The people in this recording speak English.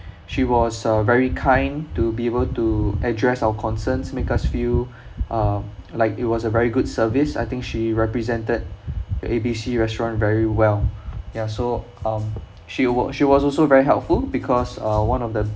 she was uh very kind to be able to address our concerns make us feel uh like it was a very good service I think she represented A B C restaurant very well ya so um she wa~ she was also very helpful because uh one of the